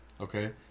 Okay